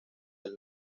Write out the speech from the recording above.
del